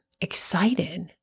excited